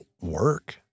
work